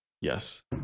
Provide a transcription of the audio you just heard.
Yes